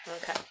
Okay